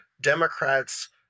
Democrats